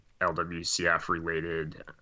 LWCF-related